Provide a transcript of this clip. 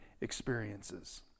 experiences